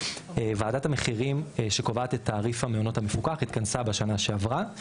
וועדת המחירים שקובעת את תעריף המעונות המפוקח התכנסה בשנה שעברה.